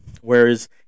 Whereas